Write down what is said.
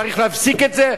צריך להפסיק את זה,